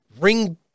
ring